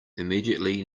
immediately